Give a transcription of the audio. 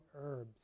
herbs